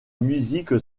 musique